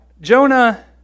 Jonah